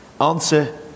Answer